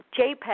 JPEG